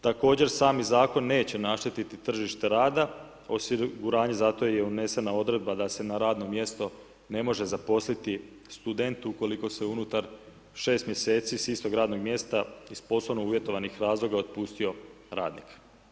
Također sami zakon neće našteti tržište rada, osiguranje zato je unesena odredba da se na radno mjesto ne može zaposliti student ukoliko se unutar 6 mj. s istog radnog mjesta iz poslovno uvjetovanog razloga otpustio radnik.